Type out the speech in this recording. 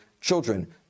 children